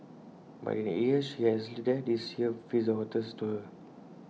but in the eight years she has lived there this year feels the hottest to her